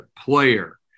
player